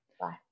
bye